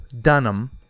Dunham